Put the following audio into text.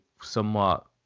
somewhat